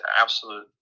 absolute